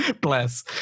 Bless